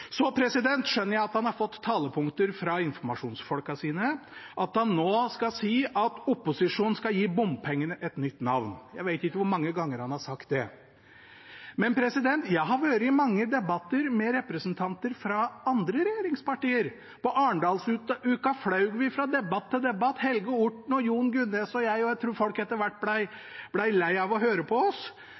skjønner at han har fått talepunkter fra informasjonsfolkene sine, og at han nå skal si at opposisjonen skal gi bompengene et nytt navn. Jeg vet ikke hvor mange ganger han har sagt det. Men jeg har vært i mange debatter med representanter fra andre regjeringspartier. Under Arendalsuka fløy vi fra debatt til debatt – Helge Orten, Jon Gunnes og jeg – og jeg tror folk etter hvert ble lei av å høre på oss,